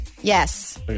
Yes